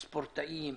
ספורטאים,